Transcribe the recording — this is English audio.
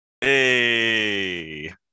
Hey